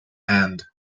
end